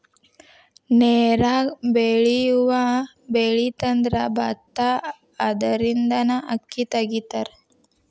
ನೇರಾಗ ಬೆಳಿಯುವ ಬೆಳಿಅಂದ್ರ ಬತ್ತಾ ಅದರಿಂದನ ಅಕ್ಕಿ ತಗಿತಾರ